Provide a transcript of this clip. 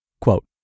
Quote